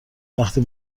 وقتی